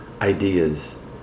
ideas